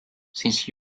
since